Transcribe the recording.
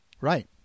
Right